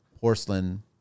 porcelain